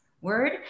word